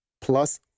plus